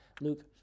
Luke